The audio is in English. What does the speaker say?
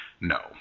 no